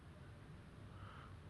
it's like so smooth you know